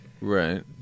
Right